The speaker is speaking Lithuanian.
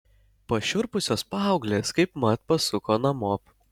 pašiurpusios paauglės kaipmat pasuko namop